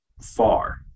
far